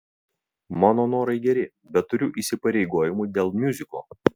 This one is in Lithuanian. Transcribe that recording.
mano norai geri bet turiu įsipareigojimų dėl miuziklo